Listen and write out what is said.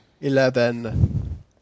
Eleven